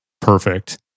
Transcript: perfect